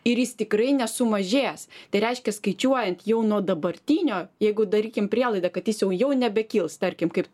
ir jis tikrai nesumažės tai reiškia skaičiuojant jau nuo dabartinio jeigu darykim prielaidą kad jis jau jau nebekils tarkim kaip